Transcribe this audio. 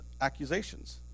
accusations